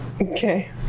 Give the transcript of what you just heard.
Okay